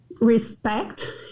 respect